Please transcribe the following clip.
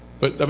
but, i